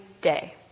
day